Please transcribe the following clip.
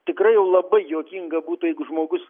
tikrai jau labai juokinga būtų jeigu žmogus